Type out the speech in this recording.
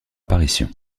apparition